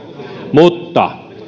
mutta